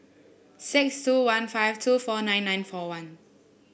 six two one five two four nine nine four one